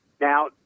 Now